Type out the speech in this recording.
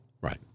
Right